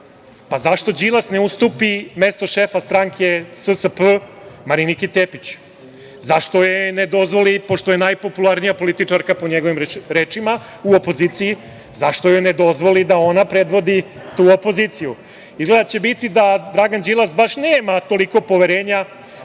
zašto Đilas ne ustupi mesto šefa stranke SSP Mariniki Tepić? Zašto joj ne dozvoli, pošto je najpopularnija političarka u opoziciji, po njegovim rečima, zašto joj ne dozvoli da ona predvodi tu opoziciju? Izgleda da će biti da Dragan Đilas baš nema toliko poverenja